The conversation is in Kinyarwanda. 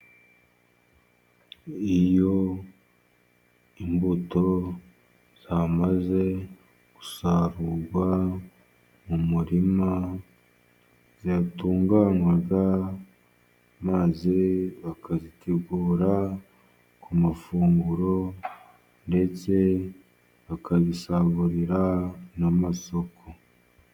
Iyo imbuto zamaze gusarurwa mu murima, ziratunganywa maze bakazitegura ku mafunguro, ndetse bakazisagurira n'amasoko.